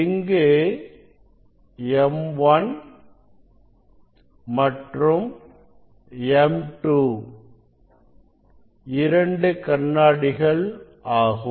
இங்கு M1 மற்றும் M2 இரண்டு கண்ணாடிகள் ஆகும்